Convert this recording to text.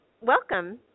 welcome